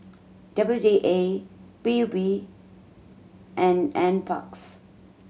W D A P U B and N Parks